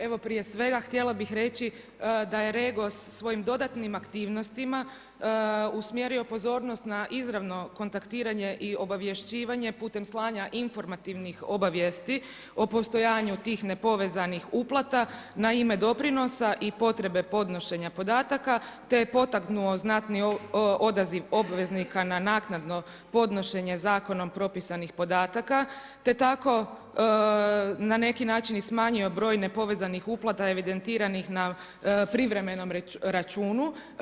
Evo prije svega htjela bih reći da je Regos svojim dodatnim aktivnostima usmjerio pozornost na izravno kontaktiranje i obavješćivanje putem slanja informativnih obavijesti o postojanju tih nepovezanih uplata na ime doprinosa i potrebe podnošenja podataka te je potaknuo znatni odaziv obveznika na naknadno podnošenje zakonom propisanih podataka te tako na neki način i smanjio broj nepovezanih uplata evidentiranih na privremenom računu.